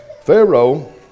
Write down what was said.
Pharaoh